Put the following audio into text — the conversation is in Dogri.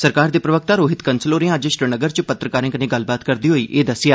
सरकार दे प्रवक्ता रोहित कंसल होरें अज्ज श्रीनगर च पत्रकारें कन्नै गल्लबात करदे होई एह् दस्सेआ